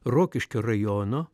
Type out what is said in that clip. rokiškio rajono